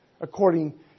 according